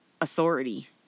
authority